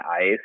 Ice